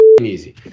easy